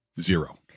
Zero